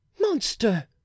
Monster